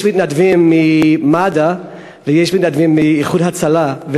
יש מתנדבים ממד"א ויש מתנדבים מ"איחוד הצלה",